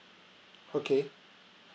okay